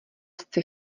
sci